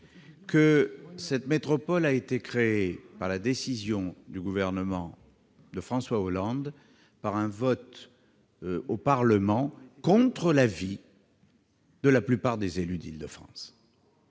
que cette métropole a été créée par une décision du Gouvernement, sous la présidence de François Hollande, par un vote au Parlement, contre l'avis de la plupart des élus d'Île-de-France,